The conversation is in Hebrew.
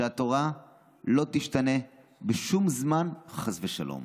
שהתורה לא תשתנה בשום זמן, חס ושלום.